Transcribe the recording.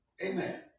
Amen